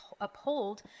uphold